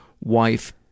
wife